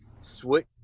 switch